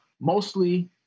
mostly